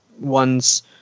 ones